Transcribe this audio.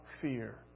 fear